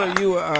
ah you were